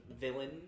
villain